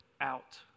out